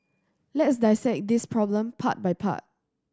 let's dissect this problem part by part